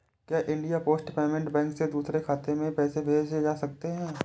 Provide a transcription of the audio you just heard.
क्या India post payment bank से दूसरे खाते में पैसे भेजे जा सकते हैं?